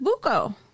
Buko